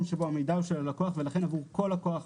שבו המידע הוא של הלקוח ולכן עבור כל לקוח,